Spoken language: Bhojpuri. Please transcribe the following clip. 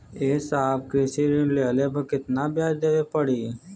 ए साहब कृषि ऋण लेहले पर कितना ब्याज देवे पणी?